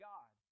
God